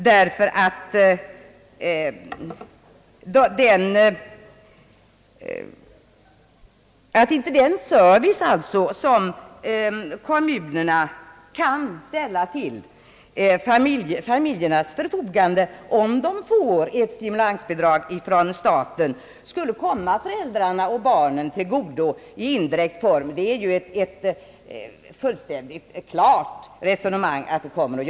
Skulle inte den service som kommunerna kan ställa till förfogande, om de får stimulansbidrag från staten, komma föräldrarna och barnen till godo? Det är fullkomligt klart att pengarna kommer att användas till familjernas bästa.